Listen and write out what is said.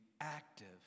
active